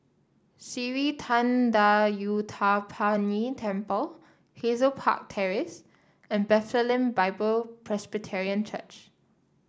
Sri Thendayuthapani Temple Hazel Park Terrace and Bethlehem Bible Presbyterian Church